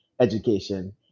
education